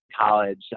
college